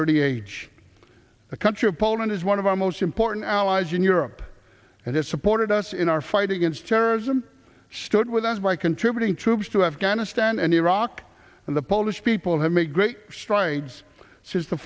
early age a country of poland is one of our most important allies in europe and has supported us in our fight against terrorism stood with us by contributing troops to afghanistan and iraq and the polish people have made great strides since the